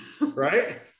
right